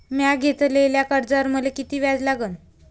म्या घेतलेल्या कर्जावर मले किती व्याज लागन?